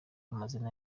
amazina